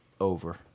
over